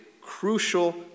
crucial